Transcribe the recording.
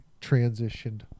transitioned